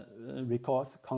records